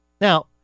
Now